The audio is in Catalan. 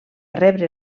rebre